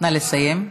נא לסיים.